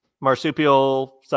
marsupial